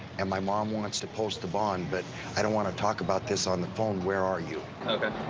and my mom wants to post the bond, but i don't want to talk about this on the phone. where are you? ok.